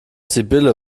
sibylle